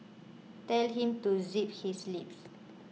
tell him to zip his lips